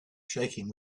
shaking